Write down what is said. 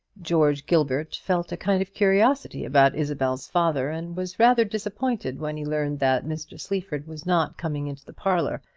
george gilbert felt a kind of curiosity about isabel's father, and was rather disappointed when he learnt that mr. sleaford was not coming into the parlour.